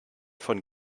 von